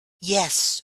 yes